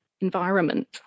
environment